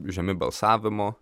žemi balsavimo